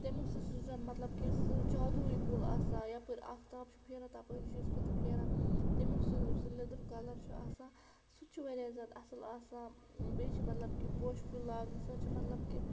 تَمیُک سُہ چھُ زَن مطلب کہِ سُہ جادوٗیی کُل آسان یَپٲرۍ اَختاب چھُ پھیران تَپٲری چھُ سُہ تہِ پھیران تَمیُک سُہ یُس سُہ لِدُر کَلَر چھُ آسان سُہ تہِ چھُ واریاہ زیادٕ اَصٕل آسان بیٚیہِ چھِ مطلب کہِ پوشہِ کُل لاگنہٕ سۄ چھِ مطلب کہِ